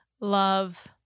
love